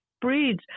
breeds